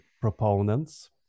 proponents